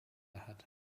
hat